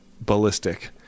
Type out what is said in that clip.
ballistic